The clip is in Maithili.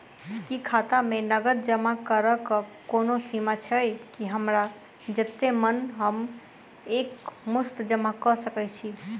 की खाता मे नगद जमा करऽ कऽ कोनो सीमा छई, की हमरा जत्ते मन हम एक मुस्त जमा कऽ सकय छी?